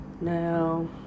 Now